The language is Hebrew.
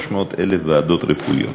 300,000 ועדות רפואיות,